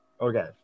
Okay